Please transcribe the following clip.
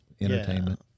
entertainment